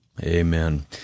Amen